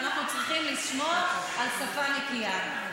ואנחנו צריכים לשמור על שפה נקייה.